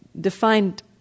defined